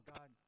God